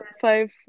five